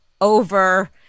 over